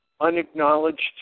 unacknowledged